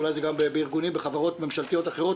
ואולי זה גם בארגונים ובחברות ממשלתיות אחרות,